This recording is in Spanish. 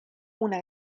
una